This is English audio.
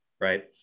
right